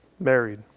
Married